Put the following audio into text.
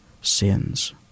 sins